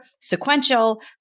sequential